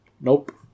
Nope